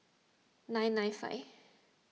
nine nine five